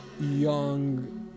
young